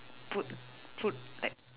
put put like